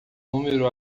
número